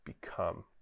become